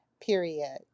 period